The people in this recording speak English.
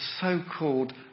so-called